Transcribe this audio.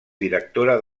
directora